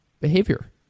behavior